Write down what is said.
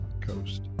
Coast